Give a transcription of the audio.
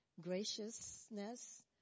graciousness